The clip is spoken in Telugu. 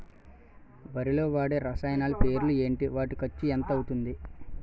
వరిలో వాడే రసాయనాలు పేర్లు ఏంటి? వాటి ఖర్చు ఎంత అవతుంది?